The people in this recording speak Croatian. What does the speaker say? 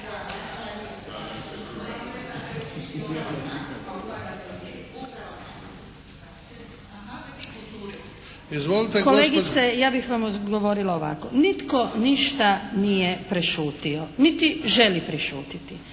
Kolegice, ja bih vam odgovorila ovako. Nitko ništa nije prešutio niti želi prešutiti.